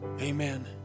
amen